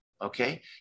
Okay